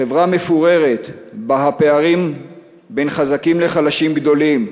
חברה מפוררת שבה הפערים בין חזקים לחלשים גדולים,